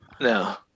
No